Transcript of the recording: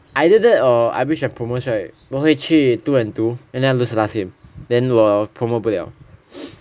either that or I wish I promotes right 我会去 two and two and then I lose the last game then 我 promote 不了 l